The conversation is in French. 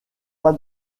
pas